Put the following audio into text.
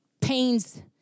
pains